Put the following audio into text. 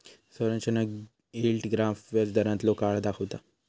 संरचना yield graph व्याजदारांतलो काळ दाखवता